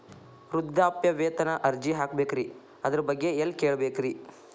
ವೃದ್ಧಾಪ್ಯವೇತನ ಅರ್ಜಿ ಹಾಕಬೇಕ್ರಿ ಅದರ ಬಗ್ಗೆ ಎಲ್ಲಿ ಕೇಳಬೇಕ್ರಿ?